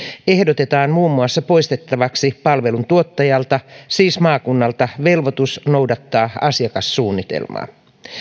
ehdotetaan muun muassa poistettavaksi palveluntuottajalta siis maakunnalta velvoitus noudattaa asiakassuunnitelmaa